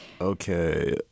Okay